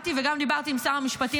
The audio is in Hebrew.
קראתי וגם דיברתי עם שר המשפטים,